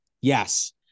Yes